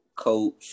Coach